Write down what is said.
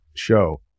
show